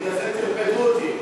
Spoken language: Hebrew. בגלל זה טרפדו אותי.